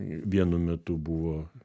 vienu metu buvo